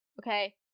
okay